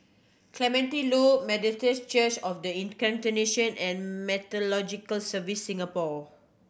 Clementi Loop Methodist Church Of The Incarnation and Meteorological Services Singapore